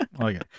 okay